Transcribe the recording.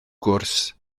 gwrs